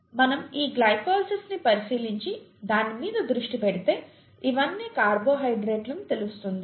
మనం ఈ గ్లైకోలిసిస్ని పరిశీలించి దాని మీద దృష్టి పెడితే ఇవన్నీ కార్బోహైడ్రేట్లు అని తెలుస్తుంది